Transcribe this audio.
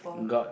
got